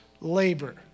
labor